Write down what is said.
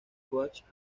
coast